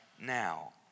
now